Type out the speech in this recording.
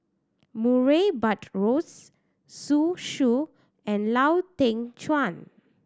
Murray Buttrose Zhu Xu and Lau Teng Chuan